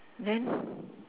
then